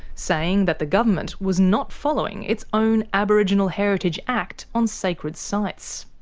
saying that the government was not following its own aboriginal heritage act on sacred sites.